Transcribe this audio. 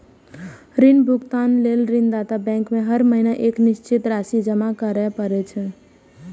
ऋण भुगतान लेल ऋणदाता बैंक में हर महीना एक निश्चित राशि जमा करय पड़ै छै